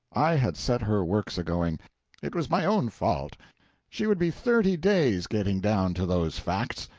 i had set her works a-going it was my own fault she would be thirty days getting down to those facts.